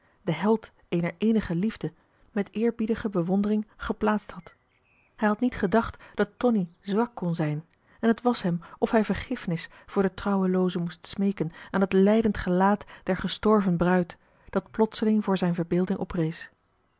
den held eener eenige liefde met eerbiedige bewondering geplaatst had hij had niet gedacht dat marcellus emants een drietal novellen tonie zwak kon zijn en t was hem of hij vergiffenis voor den trouwelooze moest smeeken aan het lijdend gelaat der gestorven bruid dat plotseling voor zijn verbeelding oprees